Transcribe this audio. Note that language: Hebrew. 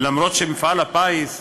למרות שמפעל הפיס,